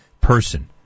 person